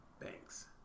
Thanks